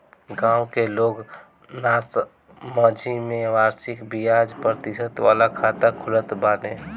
गांव के लोग नासमझी में वार्षिक बियाज प्रतिशत वाला खाता खोलत बाने